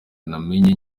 namenye